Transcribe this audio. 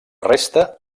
resta